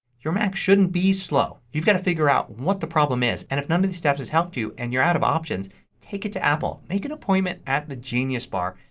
your mac shouldn't be slow. you've got to figure out what the problem is and if none of these steps has helped you and you're out of options take it to apple. make an appointment at the genius bar.